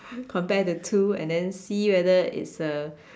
compare the two and then see whether it's a